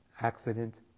accident